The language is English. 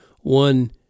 one